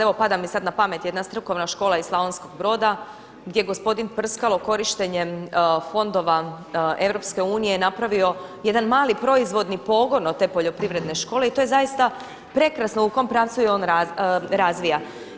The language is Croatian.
Evo, pada mi sad na pamet jedna strukovna škola iz Slavonskog Broda gdje gospodin Prskalo korištenjem fondova Europske unije je napravio jedan mali proizvodni pogon od te poljoprivredne škole i to je zaista prekrasno u kom pravcu je on razvija.